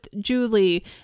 Julie